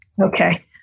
okay